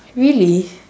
really